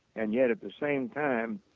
and yet at the same time,